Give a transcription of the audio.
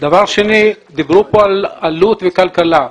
דיברו כאן על עלות וכלכלה.